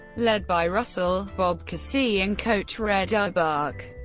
led by russell, bob cousy and coach red auerbach,